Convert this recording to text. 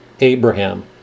Abraham